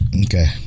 okay